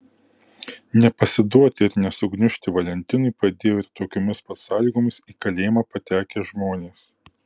nepasiduoti ir nesugniužti valentinui padėjo ir tokiomis pat sąlygomis į kalėjimą patekę žmonės